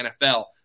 NFL